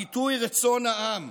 הביטוי "רצון העם"